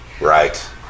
Right